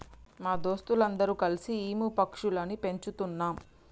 మా దోస్తులు అందరు కల్సి ఈము పక్షులని పెంచుతున్నాం